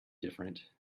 different